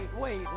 wait